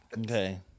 Okay